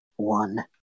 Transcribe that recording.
one